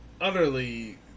utterly